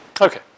Okay